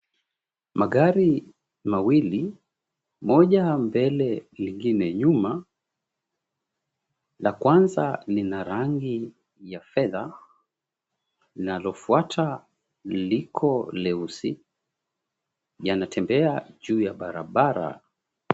Magari mawili, moja mbele lingine nyuma. La kwanza lina rangi ya fedha, linalofuata liko leusi. Yanatembea juu ya barabara.